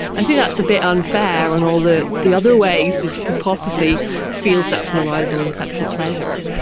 i think that's a bit unfair on all the the other ways that you could possibly feel sexual arousal and sexual pleasure.